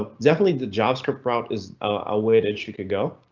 ah definitely the javascript route is awaiting she could go.